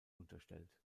unterstellt